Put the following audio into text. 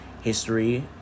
history